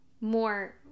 more